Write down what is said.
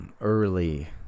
early